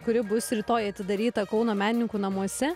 kuri bus rytoj atidaryta kauno menininkų namuose